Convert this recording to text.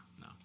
no